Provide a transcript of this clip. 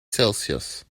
celsius